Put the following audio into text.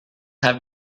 have